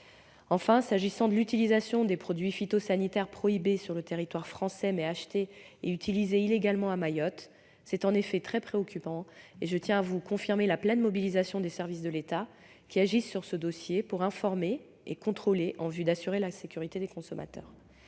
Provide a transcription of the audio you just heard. Enfin, l'utilisation de produits phytosanitaires prohibés sur le territoire français, mais achetés et utilisés illégalement à Mayotte, est en effet très préoccupante. Je tiens à vous confirmer la pleine mobilisation des services de l'État qui agissent dans ce dossier pour informer et contrôler, en vue d'assurer la sécurité des consommateurs.